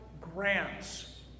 grants